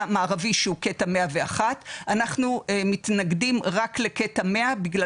מערבי שהוא קטע 101. אנחנו מתנגדים רק לקטע 100 בגלל